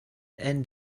end